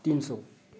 तिन सौ